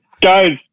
guys